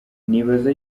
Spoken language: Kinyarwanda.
nibaza